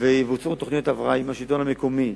יתוקצב ויבוצעו תוכניות הבראה עם השלטון המקומי